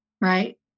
right